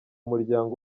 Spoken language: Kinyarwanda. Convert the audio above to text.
muryango